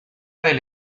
del